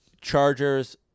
Chargers